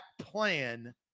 plan